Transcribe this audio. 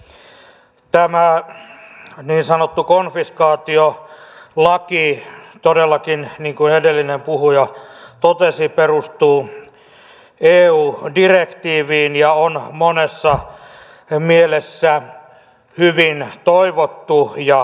tämä niin sanottu konfiskaatiolaki todellakin niin kuin edellinen puhuja totesi perustuu eu direktiiviin ja on monessa mielessä hyvin toivottu ja odotettu